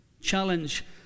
challenge